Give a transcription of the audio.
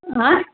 हा